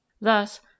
Thus